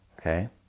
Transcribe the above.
okay